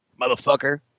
motherfucker